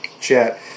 chat